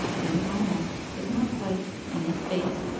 then almost, but not quite, in his face,